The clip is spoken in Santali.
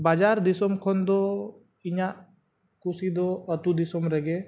ᱵᱟᱡᱟᱨ ᱫᱤᱥᱚᱢ ᱠᱷᱚᱱᱫᱚ ᱤᱧᱟᱹᱜ ᱠᱩᱥᱤᱫᱚ ᱟᱹᱛᱩᱼᱫᱤᱥᱚᱢ ᱨᱮᱜᱮ